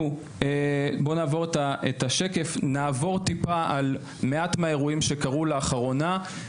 אנחנו נעבור טיפה על מעט מהאירועים שקרו לאחרונה.